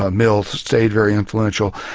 ah mill stayed very influential.